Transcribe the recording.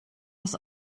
das